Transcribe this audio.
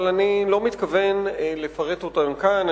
אבל אני לא מתכוון לפרט אותן כאן,